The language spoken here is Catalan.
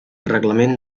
reglament